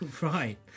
Right